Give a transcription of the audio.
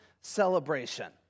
celebration